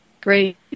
Great